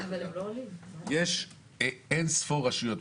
יש אין-ספור רשויות,